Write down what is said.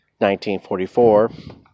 1944